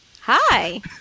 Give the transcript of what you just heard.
hi